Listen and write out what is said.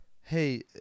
hey